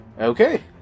Okay